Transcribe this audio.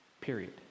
Period